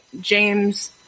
james